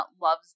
loves